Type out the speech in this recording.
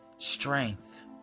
Strength